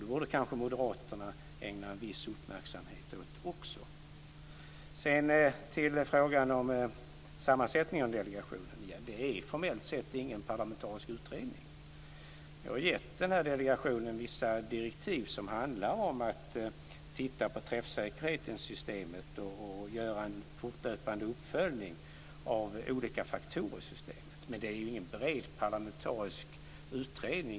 Det borde kanske moderaterna ägna en viss uppmärksamhet åt också. Sedan ska jag gå över till frågan om sammansättningen av delegationen. Det är formellt sett ingen parlamentarisk utredning. Jag har gett den här delegationen vissa direktiv som handlar om att man ska titta på träffsäkerheten i systemet och göra en fortlöpande uppföljning av olika faktorer i systemet, men det är ingen bred parlamentarisk utredning.